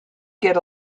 get